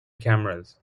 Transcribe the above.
cameras